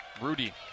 Rudy